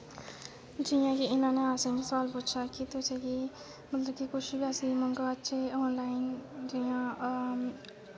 जियां कि इनां नै असेंगी सोआल पुच्छेआ की तुसेंगी मतलब की कुछ वी असी मंगवाचै आनलाईन जियां